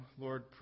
Lord